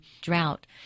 drought